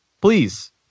Please